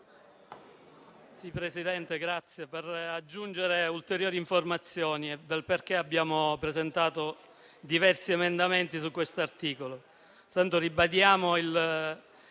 per aggiungere ulteriori informazioni e per spiegare perché abbiamo presentato diversi emendamenti su questo articolo.